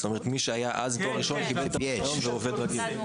מי שהיה לו אז תואר ראשון קיבל את הרישיון ועובד כרגיל.